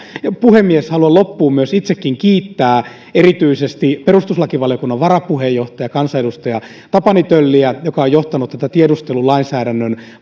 puhemies haluan loppuun itsekin kiittää erityisesti perustuslakivaliokunnan varapuheenjohtajaa kansanedustaja tapani tölliä joka on johtanut tätä tiedustelulainsäädännön